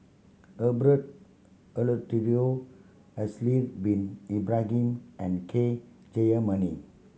Herbert Eleuterio Haslir Bin Ibrahim and K Jayamani